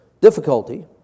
difficulty